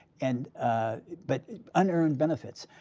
and but unearned benefits.